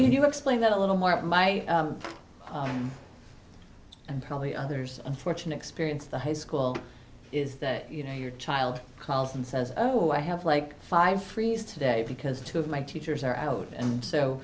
would you explain that a little more at my and probably others unfortunate experience the high school is that you know your child calls and says oh i have like five frees today because two of my teachers are out and so